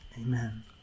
Amen